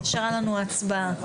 נשארה לנו ההצבעה.